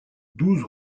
douze